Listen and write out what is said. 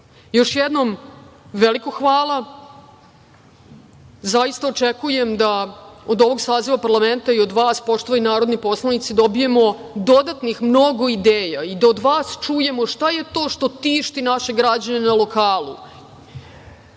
jednom veliko hvala. Zaista očekujem da od ovog saziva parlamenta i od vas, poštovani narodni poslanici, dobijemo dodatnih mnogo ideja i da od vas čujemo šta je to što tišti naše građane na lokalu. Ja